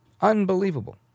Unbelievable